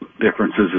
differences